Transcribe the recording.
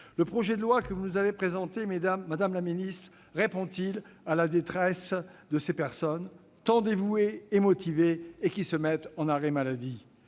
Le projet de loi que vous nous avez présenté, madame la ministre, répond-il à la détresse de ces personnes, tant dévouées et motivées et qui se mettent en arrêt maladie ?